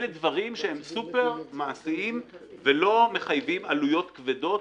אלה דברים שהם סופר מעשיים ולא מחייבים עלויות כבדות,